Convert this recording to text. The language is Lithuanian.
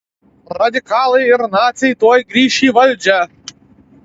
radikalai ir naciai tuoj grįš į valdžią